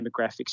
demographics